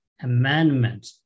amendment